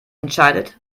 entscheidet